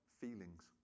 feelings